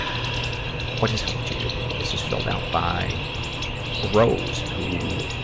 what has helped you, this is filled out by rose, who